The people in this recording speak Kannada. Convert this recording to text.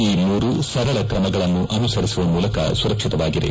ಈ ಮೂರು ಸರಳ ಕ್ರಮಗಳನ್ನು ಅನುಸರಿಸುವ ಮೂಲಕ ಸುರಕ್ಷಿತವಾಗಿರಿ